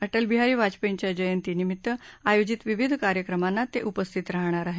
अधिक बिहारी वाजपेयींच्या जयंती निमित्त आयोजित विविध कार्यक्रमांना ते उपस्थित राहणार आहेत